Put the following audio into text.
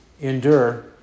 endure